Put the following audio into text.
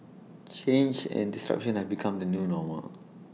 change and disruption have become the new normal